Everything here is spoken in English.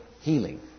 healing